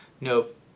nope